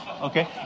okay